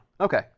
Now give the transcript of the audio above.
Okay